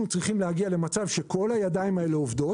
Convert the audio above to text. אנחנו צריכים להגיע למצב שכל ה"ידיים" האלה עובדות